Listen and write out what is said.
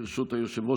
ברשות היושב-ראש,